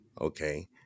okay